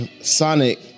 Sonic